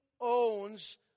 owns